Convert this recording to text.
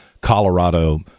Colorado